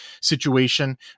situation